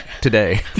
today